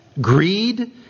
greed